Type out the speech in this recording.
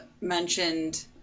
mentioned